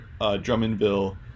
Drummondville